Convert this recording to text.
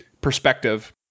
perspective